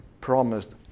promised